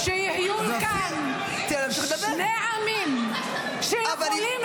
-- שייקח יוזמה, ויקבל החלטה